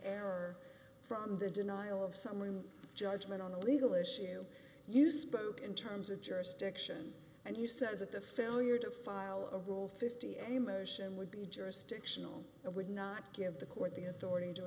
error from the denial of some room judgement on the legal issue you spoke in terms of jurisdiction and you said that the failure to file a rule fifty a motion would be jurisdictional and would not give the court the authority to